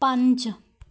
ਪੰਜ